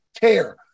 care